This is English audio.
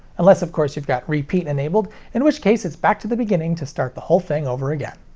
unless of course you've got repeat enabled, in which case it's back to the beginning to start the whole thing over again!